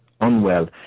unwell